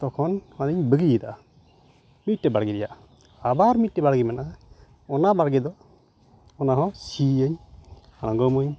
ᱛᱚᱦᱚᱱ ᱚᱱᱟᱧ ᱵᱟᱹᱜᱤᱭᱟᱫᱟ ᱢᱤᱫᱴᱮᱱ ᱵᱟᱲᱜᱮ ᱨᱮᱭᱟᱜ ᱟᱵᱟᱨ ᱢᱤᱰᱴᱮᱱ ᱵᱟᱲᱜᱮ ᱢᱮᱱᱟᱜᱼᱟ ᱚᱱᱟ ᱵᱟᱲᱜᱮᱫᱚ ᱚᱱᱟᱦᱚᱸ ᱥᱤᱭᱟᱹᱧ ᱟᱲᱜᱚᱢᱟᱹᱧ